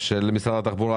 של משרד התחבורה,